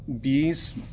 bees